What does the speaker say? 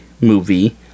movie